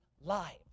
lives